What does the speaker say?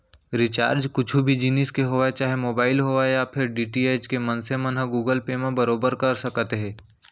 recharge कुछु भी जिनिस के होवय चाहे मोबाइल होवय या फेर डी.टी.एच के मनसे मन ह गुगल पे म बरोबर कर सकत हे